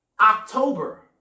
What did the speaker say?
October